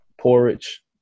porridge